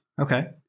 Okay